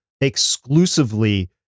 exclusively